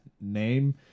name